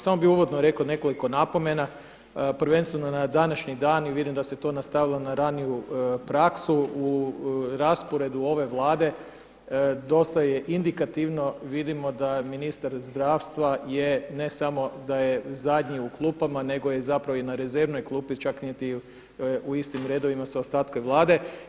Samo bi uvodno rekao nekoliko napomena, prvenstveno na današnji dan i vidim da se to nastavilo na raniju praksu u rasporedu ove Vlade dosta je indikativno, vidimo da ministar zdravstva je ne samo da je zadnji u klupama nego je zapravo i na rezervnoj klupi, čak niti u istim redovima sa ostatkom Vlade.